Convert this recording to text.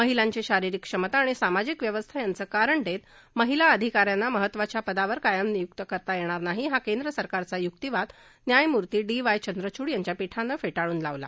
महिलांची शारिरीक क्षमता आणि सामाजिक व्यवस्था यांच कारण देत महिला अधिकाऱ्यांना महत्वाच्या पदांवर निय्क्त करता येणार नाही हा केंद्र सरकारचा य्क्तीवाद न्यायमूर्ती डी वाय चंद्रच्ड यांच्या पीठानं फेटाळून लावला